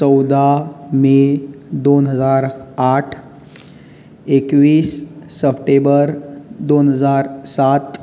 चौदा मे दोन हजार आठ एकवीस सप्टेंबर दोन हजार सात